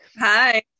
Hi